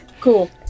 Cool